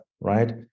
right